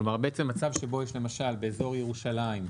כלומר בעצם מצב שבו, למשל באזור ירושלים,